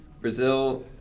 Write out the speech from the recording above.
Brazil